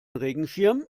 regenschirm